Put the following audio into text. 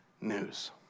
news